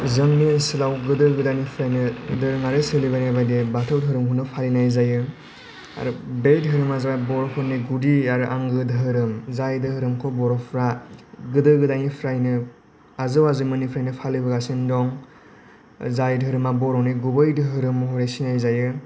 जोंनि ओनसोलाव गोदो गोदायनिफ्रायनो धोरोमारि सोलिबोनाय बायदियै बाथौ धोरोमखौनो फालिनाय जायो आरो बे धोरोमा जाबाय बर'फोरनि गुदि आरो आंगो धोरोम जाय धोरोमखौ बर'फ्रा गोदो गोदायनिफ्रायनो आजौ आजैनि दिननिफ्रायनो फालिबोगासिनो दं जाय धोरोमा बर'नि गुबै धोरोम होननानै सिनाय जायो